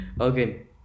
Okay